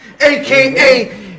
AKA